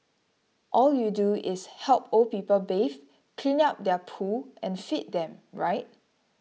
all you do is help old people bathe clean up their poo and feed them right